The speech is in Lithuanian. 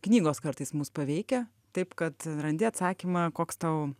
knygos kartais mus paveikia taip kad randi atsakymą koks tau